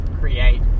create